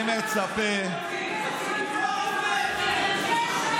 אתה לא מכניס אותו.